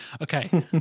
Okay